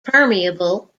permeable